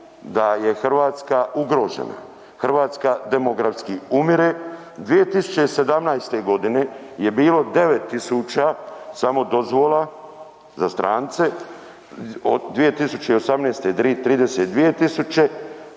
da je Hrvatska ugrožena. Hrvatska demografski umire, 2017. g. je bilo 9 tisuća samo dozvola za strance, 2018. 32 tisuće, 2019.